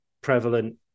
prevalent